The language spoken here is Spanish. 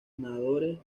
nadadores